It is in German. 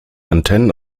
antennen